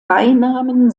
beinamen